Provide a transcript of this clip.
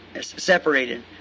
separated